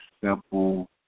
simple